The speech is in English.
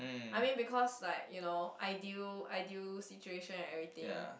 I mean because like you know ideal ideal situation and everything